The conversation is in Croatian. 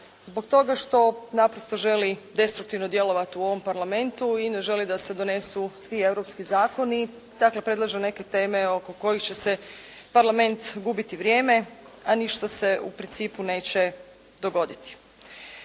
zbog toga što naprosto želi destruktivno djelovati u ovom parlamentu i ne želi da se donesu svi europski zakoni, dakle predlaže neke teme oko kojih će parlament gubiti vrijeme a ništa se u principu neće dogoditi.